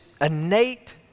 innate